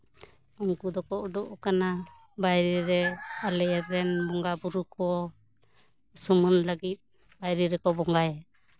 ᱩᱱᱠᱩ ᱫᱚᱠᱚ ᱩᱰᱩᱠ ᱠᱟᱱᱟ ᱵᱟᱭᱨᱮ ᱨᱮ ᱟᱞᱮ ᱨᱮᱱ ᱵᱚᱸᱜᱟ ᱵᱳᱨᱳ ᱠᱚ ᱥᱩᱢᱟᱹᱱ ᱞᱟᱹᱜᱤᱫ ᱵᱟᱭᱨᱮ ᱨᱮᱠᱚ ᱵᱚᱸᱜᱟᱭᱟ